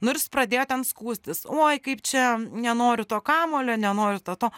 nu ir jis pradėjo ten skųstis oi kaip čia nenoriu to kamuolio nenoriu to to